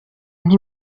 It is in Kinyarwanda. nti